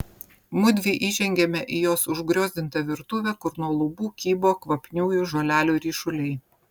mudvi įžengiame į jos užgriozdintą virtuvę kur nuo lubų kybo kvapniųjų žolelių ryšuliai